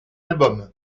album